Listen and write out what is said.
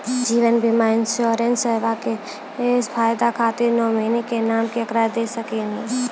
जीवन बीमा इंश्योरेंसबा के फायदा खातिर नोमिनी के नाम केकरा दे सकिनी?